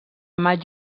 maig